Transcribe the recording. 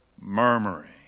murmuring